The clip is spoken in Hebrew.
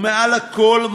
ומעל הכול,